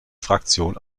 fraktion